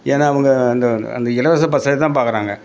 ஏன்னா அவங்க அந்த அந்த இலவச பஸ்ஸே தான் பார்க்கறாங்க